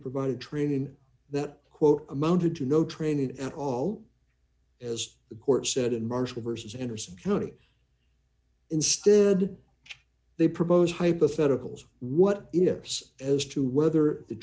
provided training that quote amounted to no training at all as the court said in march with vs anderson county instead they propose hypotheticals what ifs as to whether the